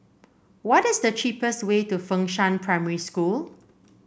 what is the cheapest way to Fengshan Primary School